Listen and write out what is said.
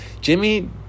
Jimmy